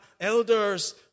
elders